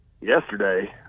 yesterday